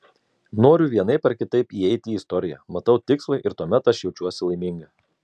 noriu vienaip ar kitaip įeiti į istoriją matau tikslą ir tuomet aš jaučiuosi laiminga